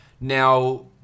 Now